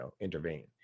intervene